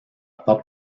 pas